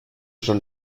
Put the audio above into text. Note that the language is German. schon